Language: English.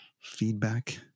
feedback